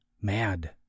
mad